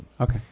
Okay